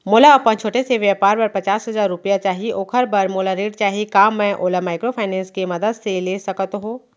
मोला अपन छोटे से व्यापार बर पचास हजार रुपिया चाही ओखर बर मोला ऋण चाही का मैं ओला माइक्रोफाइनेंस के मदद से ले सकत हो?